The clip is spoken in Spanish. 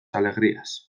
alegrías